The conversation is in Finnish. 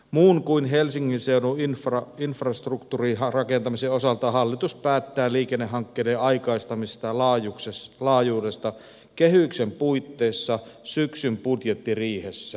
muun kuin helsingin seudun infrastruktuurirakentamisen osalta hallitus päättää liikennehankkeiden aikaistamisen laajuudesta kehyksen puitteissa syksyn budjettiriihessä